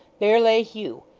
there lay hugh,